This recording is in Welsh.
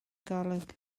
golwg